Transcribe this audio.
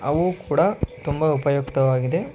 ಅವು ಕೂಡ ತುಂಬ ಉಪಯುಕ್ತವಾಗಿದೆ